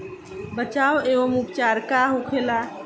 बचाव व उपचार का होखेला?